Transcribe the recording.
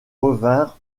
revinrent